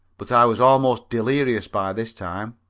but i was almost delirious by this time.